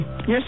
Yes